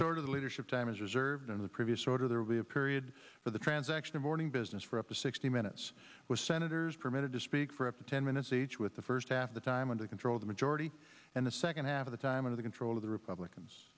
sort of the leadership time is reserved in the previous order there will be a period for the transaction of morning business for up to sixty minutes with senators permitted to speak for up to ten minutes each with the first half the time under control the majority and the second half of the time of the control of the republicans